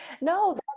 No